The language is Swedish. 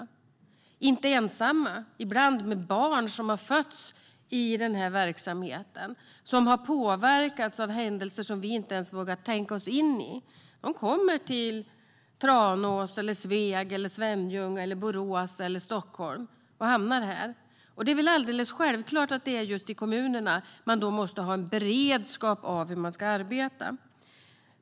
De kommer inte ensamma, utan ibland med barn som har fötts i verksamheten. De har påverkats av händelser som vi inte ens vågar tänka oss in i. De kommer till Tranås, Sveg, Svenljunga, Borås eller Stockholm och hamnar här. Det är alldeles självklart att det är just i kommunerna man då måste ha en beredskap för hur man ska arbeta.